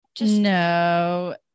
No